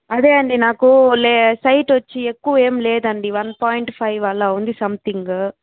అదే అండి నాకు లే సైట్ వచ్చి ఎక్కువేం లేదండి వన్ పాయింట్ ఫైవ్ అలా ఉంది సమ్థింగ్